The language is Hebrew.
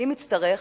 אם אצטרך,